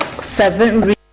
seven